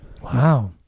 Wow